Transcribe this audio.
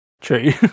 True